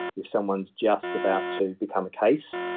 if someone is just about to become a case,